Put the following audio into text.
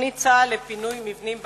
תוכנית צה"ל לפינוי מבנים בהתנחלויות,